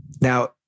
Now